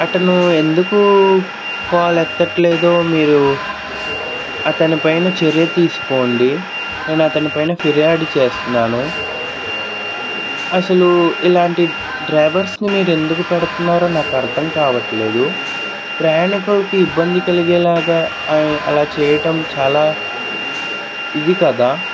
అతను ఎందుకు కాల్ ఎత్తట్లేదో మీరు అతని పైన చర్య తీసుకోండి నేను అతనిపైన ఫిర్యాదు చేస్తున్నాను అసలు ఇలాంటి డ్రైవర్స్ని మీరు ఎందుకు పెడుతున్నారు నాకు అర్థం కావట్లేదు ప్రయాణికులకు ఇబ్బంది కలిగేలాగా ఆయ అలా చేయడం చాలా ఇది కదా